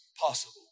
possible